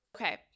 okay